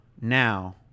now